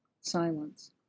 Silence